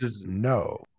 no